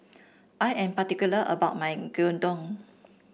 I am particular about my Gyudon